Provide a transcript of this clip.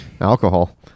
Alcohol